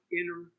inner